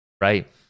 Right